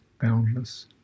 boundless